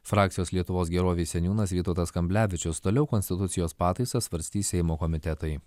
frakcijos lietuvos gerovei seniūnas vytautas kamblevičius toliau konstitucijos pataisas svarstys seimo komitetai